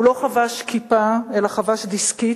הוא לא חבש כיפה אלא חבש דיסקית,